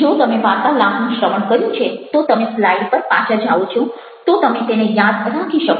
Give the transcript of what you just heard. જો તમે વાર્તાલાપનું શ્રવણ કર્યું છે તો તમે સ્લાઇડ પર પાછા જાઓ છો તો તમે તેને યાદ રાખી શકશો